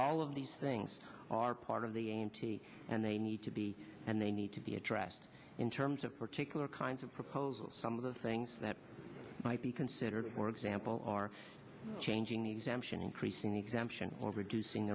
all of these things are part of the n t and they need to be and they need to be addressed in terms of particular kinds of proposals some of the things that might be considered for example are changing the exemption increasing the exemption